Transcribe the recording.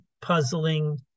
puzzling